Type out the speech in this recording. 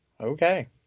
okay